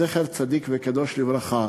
זכר צדיק וקדוש לברכה,